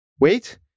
wait